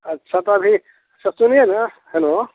अच्छा तो अभी सस्ती नहीं है न हेलो